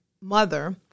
mother